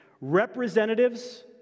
representatives